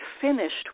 finished